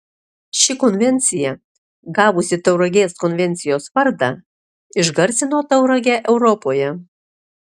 ši konvencija gavusi tauragės konvencijos vardą išgarsino tauragę europoje